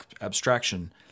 abstraction